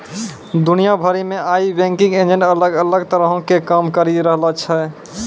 दुनिया भरि मे आइ बैंकिंग एजेंट अलग अलग तरहो के काम करि रहलो छै